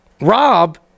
Rob